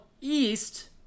East